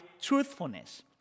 truthfulness